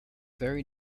very